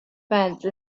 fence